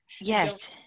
yes